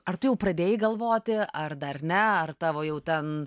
ar tu jau pradėjai galvoti ar dar ne ar tavo jau ten